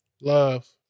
Love